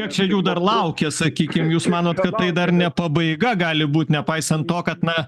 čia jų dar laukia sakykim jūs manot kad tai dar ne pabaiga gali būti nepaisant to kad na